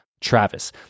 Travis